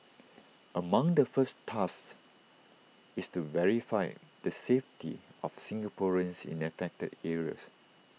among the first tasks is to verify the safety of Singaporeans in affected areas